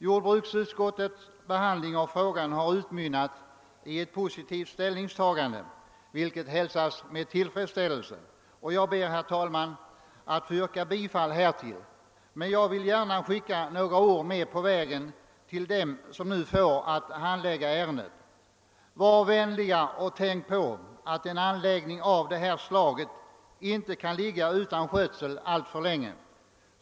Jordbruksutskottets behandling av frågan har utmynnat i ett positivt ställningstagande, vilket hälsas med tillfredsställelse. Jag vill gärna skicka några ord med på vägen till dem som nu får att handlägga ärendet. Var vänliga och tänk på att en anläggning av detta slag inte kan ligga utan skötsel alltför länge.